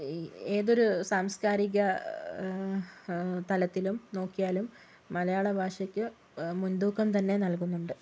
ഏതൊരു സാംസ്കാരിക തലത്തിലും നോക്കിയാലും മലയാളഭാഷയ്ക്ക് മുൻതൂക്കം തന്നെ നൽകുന്നുണ്ട്